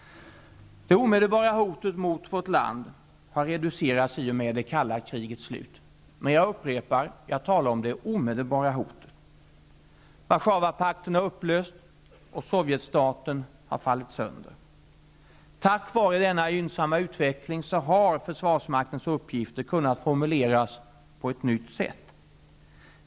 Det omedelbara hotet mot vårt land har reducerats i och med det kalla krigets slut. Jag upprepar att jag talar om det omedelbara hotet. Warszawapakten har upplösts och sovjetstaten har fallit sönder. Tack vare denna gynnsamma utveckling har försvarsmaktens uppgifter kunnat formuleras på ett nytt sätt.